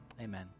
Amen